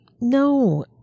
No